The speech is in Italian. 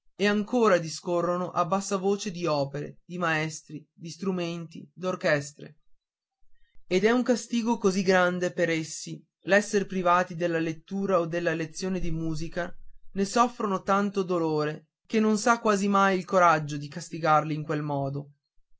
e ancora discorrono a bassa voce di opere di maestri di strumenti d'orchestre ed è un castigo così grande per essi l'esser privati della lettura o della lezione di musica ne soffrono tanto dolore che non s'ha quasi mai il coraggio di castigarli in quel modo